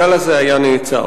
הגל הזה היה נעצר.